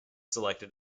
selected